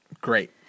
Great